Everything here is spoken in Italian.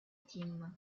team